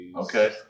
Okay